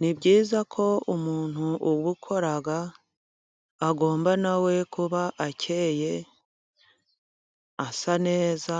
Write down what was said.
Ni byiza ko umuntu ubukora agomba na we kuba akeye asa neza